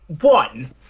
one